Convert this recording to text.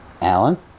Alan